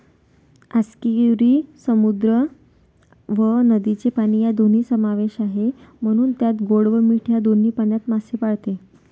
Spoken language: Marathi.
आस्कियुरी समुद्र व नदीचे पाणी या दोन्ही समावेश आहे, म्हणून त्यात गोड व मीठ या दोन्ही पाण्यात मासे पाळते